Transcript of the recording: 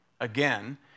Again